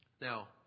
Now